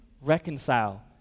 Reconcile